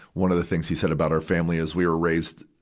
one of the things he said about our family is we were raised,